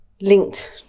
linked